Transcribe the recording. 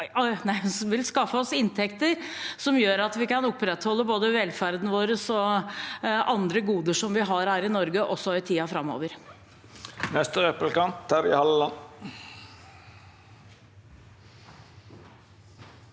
det vil skaffe oss inntekter som gjør at vi kan opprettholde både velferden vår og andre goder vi har her i Norge, også i tiden framover.